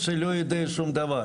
כי אני בעצם לא שייך להשכלה גבוהה.